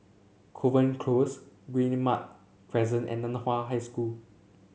Kovan Close Guillemard Crescent and Nan Hua High School